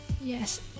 yes